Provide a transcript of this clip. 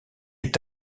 est